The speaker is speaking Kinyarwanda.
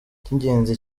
icy’ingenzi